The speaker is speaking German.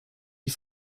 die